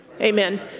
Amen